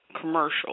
commercial